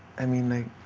i mean, like,